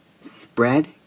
Spread